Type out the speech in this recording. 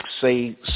say